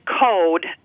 code